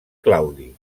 claudi